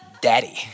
daddy